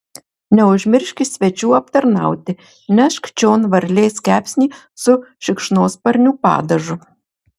neužmirški svečių aptarnauti nešk čion varlės kepsnį su šikšnosparnių padažu